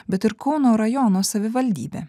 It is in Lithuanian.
bet ir kauno rajono savivaldybė